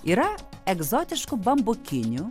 yra egzotiškų bambukinių